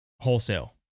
wholesale